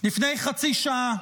לפני חצי שעה